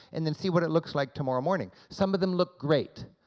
and then see what it looks like tomorrow morning. some of them look great,